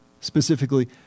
Specifically